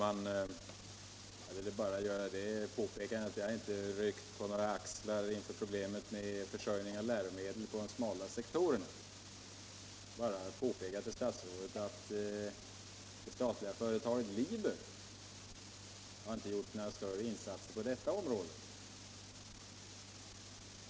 Herr talman! Jag har inte ryckt på axlarna inför problemet med försörjning av läromedel på de smala sektorerna. Jag vill bara påpeka för statsrådet att det statliga företaget Liber inte har gjort några större insatser på detta område.